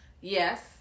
Yes